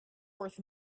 worth